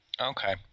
Okay